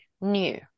new